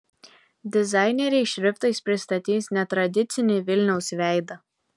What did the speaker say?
dizaineriai šriftais pristatys netradicinį vilniaus veidą